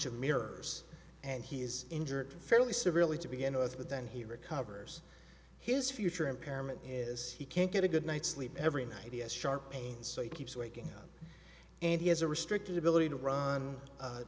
of mirrors and he is injured fairly severely to begin with but then he recovers his future impairment is he can't get a good night's sleep every night he has sharp pain so he keeps waking up and he has a restricted ability to run